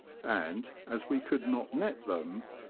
and, as we could not net them,